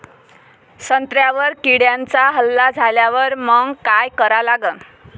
संत्र्यावर किड्यांचा हल्ला झाल्यावर मंग काय करा लागन?